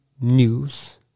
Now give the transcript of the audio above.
news